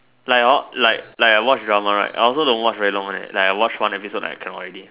like hor like like I watch drama right I also don't watch very long one leh like I watch one episode I cannot already